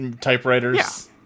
typewriters